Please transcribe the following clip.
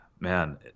Man